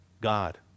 God